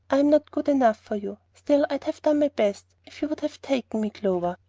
i'm not good enough for you. still, i'd have done my best, if you would have taken me, clover.